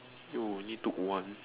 you need to one